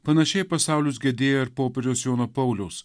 panašiai pasaulis gedėjo ir popiežiaus jono pauliaus